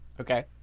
okay